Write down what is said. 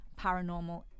paranormal